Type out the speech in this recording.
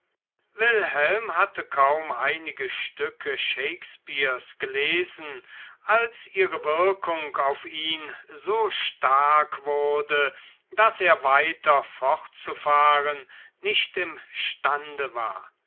wilhelm hatte kaum einige stücke shakespeares gelesen als ihre wirkung auf ihn so stark wurde daß er weiter fortzufahren nicht imstande war